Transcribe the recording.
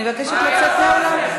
חבר הכנסת אורן חזן, אני מבקשת להקשיב,